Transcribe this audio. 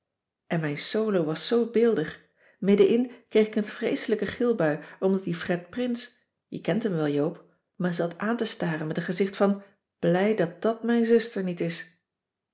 en mijn solo was zoo beeldig middenin kreeg ik een vreeselijke gilbui omdat die fred prins je kent hem wel joop me zat aan te staren met een gezicht van blij dat dàt mijn zuster niet is